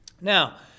Now